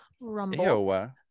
Rumble